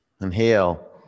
Inhale